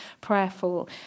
prayerful